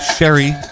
Sherry